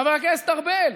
חבר הכנסת ארבל,